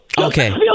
Okay